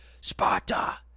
Sparta